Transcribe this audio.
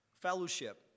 fellowship